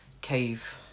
cave